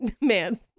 Man